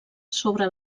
sobre